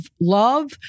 love